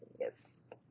Yes